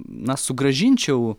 na sugrąžinčiau